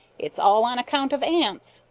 it's all on account of ants,